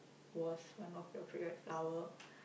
was one of your favourite flower